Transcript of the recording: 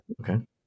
okay